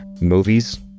movies